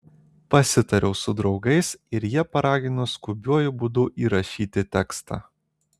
pasitariau su draugais ir jie paragino skubiuoju būdu įrašyti tekstą